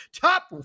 top